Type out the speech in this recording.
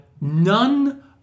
none